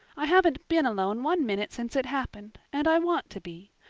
i haven't been alone one minute since it happened and i want to be.